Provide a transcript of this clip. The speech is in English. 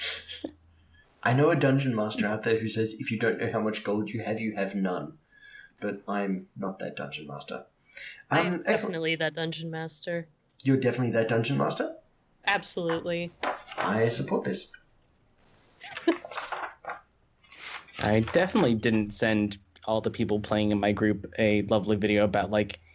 I know a dungeon master out there who says, "If you don't know how much gold you have, you have none." But I'm not that dungeon master. I Um, am excellent. definitely that dungeon master. You're definitely that dungeon master? Absolutely. I support this. I definitely didn't send all the people playing in my group a lovely video about, like,